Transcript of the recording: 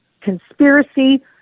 conspiracy